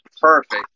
perfect